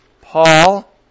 Paul